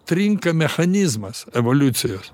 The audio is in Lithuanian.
trinka mechanizmas evoliucijos